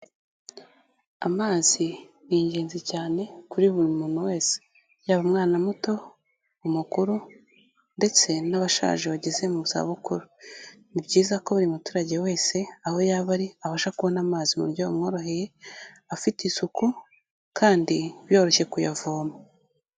Amazi ni ingenzi cyane kuri buri muntu wese, yaba umwana muto, umukuru ndetse n'abashaje bageze mu zabukuru, ni byiza ko buri muturage wese aho yaba ari abasha kubona amazi mu buryo bumworoheye afite isuku kandi byoroshye kuyavoma.